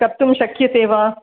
कर्तुं शक्यते वा